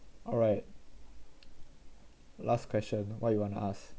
alright last question what you want to ask